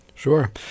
Sure